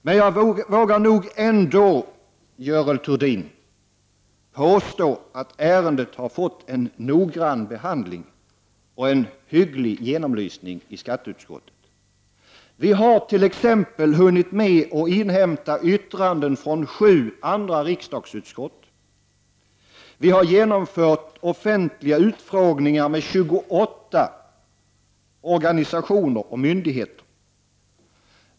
Men jag vågar nog ändå, Görel Thurdin, påstå att ärendet har fått en noggrann behandling och en hygglig genomlysning i skatteutskottet. Vi har t.ex. hunnit med att inhämta yttranden från sju andra riksdagsutskott. Vi har genomfört offentliga utfrågningar med 28 organisationer och myndigheter.